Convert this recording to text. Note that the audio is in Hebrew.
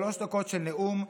שלוש דקות של נאום,